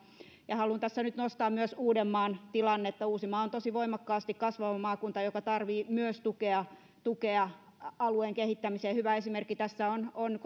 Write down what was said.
haluan tässä nyt nostaa uudenmaan tilannetta uusimaa on tosi voimakkaasti kasvava maakunta joka tarvitsee myös tukea tukea alueen kehittämiseen hyvä esimerkki tässä on